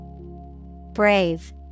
Brave